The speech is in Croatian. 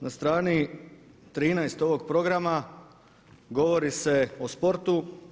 Na strani 13 ovog programa govori se o sportu.